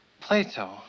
Plato